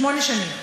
שמונה שנים.